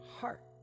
heart